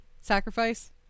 sacrifice